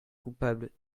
coupable